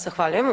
Zahvaljujem.